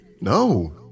no